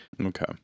Okay